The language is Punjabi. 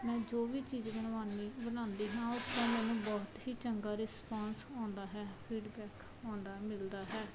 ਮੈਂ ਜੋ ਵੀ ਚੀਜ਼ ਬਣਵਾਉਂਦੀ ਬਣਾਉਂਦੀ ਹਾਂ ਉਸ ਤੋਂ ਮੈਨੂੰ ਬਹੁਤ ਹੀ ਚੰਗਾ ਰਿਸਪੋਂਸ ਆਉਂਦਾ ਹੈ ਫੀਡਬੈਕ ਆਉਂਦਾ ਮਿਲਦਾ ਹੈ